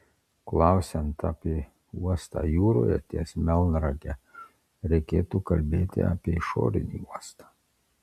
klausiant apie uostą jūroje ties melnrage reikėtų kalbėti apie išorinį uostą